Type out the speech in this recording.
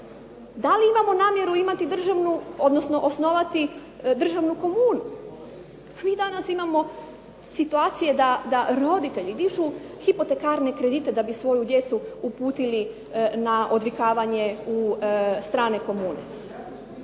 Da li imamo namjeru osnovati državnu komunu? Pa mi danas imamo situacije da roditelji dižu hipotekarne kredite da bi svoju djecu uputili na odvikavanje u strane komune